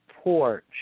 porch